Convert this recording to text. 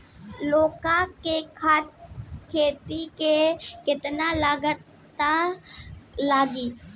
लौका के खेती में केतना लागत लागी?